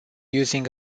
using